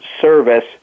Service